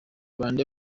bande